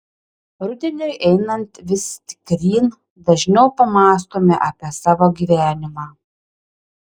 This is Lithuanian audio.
rudeniui einant vis tikryn dažniau pamąstome apie savo gyvenimą